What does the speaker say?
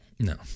No